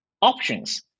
options